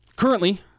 Currently